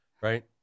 right